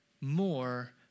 more